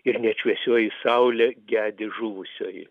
ir net šviesioji saulė gedi žuvusiojo